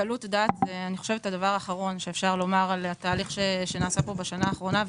קלות דעת זה הדבר האחרון שאפשר לומר על התהליך שנעשה פה בשנה האחרונה,